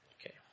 Okay